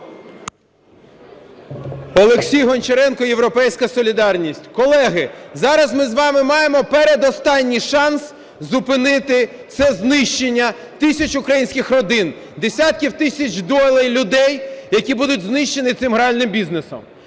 Олексій Гончаренко, "Європейська солідарність". Колеги, зараз ми з вами маємо передостанній шанс зупинити це знищення тисяч українських родин, десятків тисяч доль людей, які будуть знищені цим гральним бізнесом.